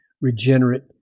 regenerate